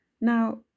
Now